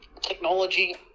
technology